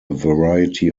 variety